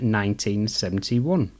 1971